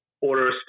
order